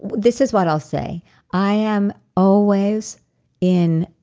this is what i'll say i am always in.